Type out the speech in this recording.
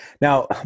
Now